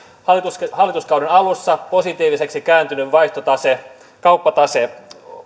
hallituskauden hallituskauden alussa positiiviseksi kääntynyt vaihtotase kauppatase